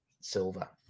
Silver